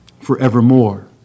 forevermore